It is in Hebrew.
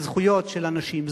ולזכויות של אנשים.